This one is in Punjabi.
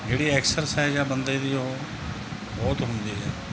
ਜਿਹੜੀ ਐਕਸਰਸਾਈਜ਼ ਹੈ ਬੰਦੇ ਦੀ ਉਹ ਬਹੁਤ ਹੁੰਦੀ ਹੈ